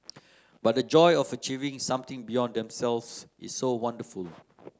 but the joy of achieving something beyond themselves is so wonderful